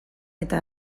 eta